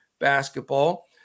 basketball